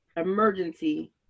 emergency